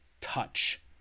touch